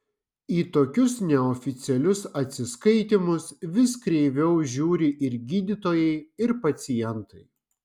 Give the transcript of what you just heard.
į tokius neoficialius atsiskaitymus vis kreiviau žiūri ir gydytojai ir pacientai